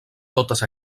totes